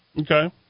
Okay